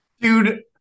Dude